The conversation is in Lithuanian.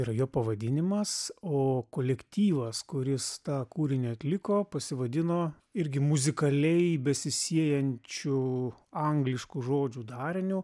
yra jo pavadinimas o kolektyvas kuris tą kūrinį atliko pasivadino irgi muzikaliai besisiejančiu angliškų žodžių dariniu